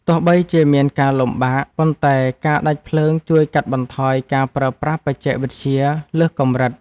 ទោះបីជាមានការលំបាក ប៉ុន្តែការដាច់ភ្លើងជួយកាត់បន្ថយការប្រើប្រាស់បច្ចេកវិទ្យាលើសកម្រិត។